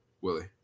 Willie